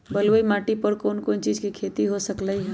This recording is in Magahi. बलुई माटी पर कोन कोन चीज के खेती हो सकलई ह?